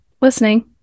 listening